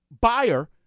buyer